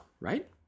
right